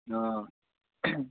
অঁ